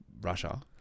Russia